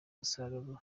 musaruro